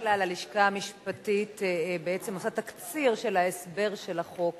בדרך כלל הלשכה המשפטית עושה תקציר של ההסבר של החוק